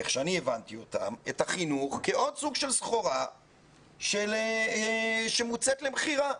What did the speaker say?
איך שאני הבנתי אותם כעוד סוג של סחורה שמוצאת למכירה.